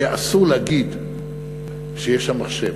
היה אסור להגיד שיש שם מחשב.